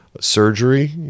surgery